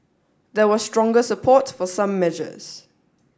there was stronger support for some measures